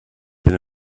been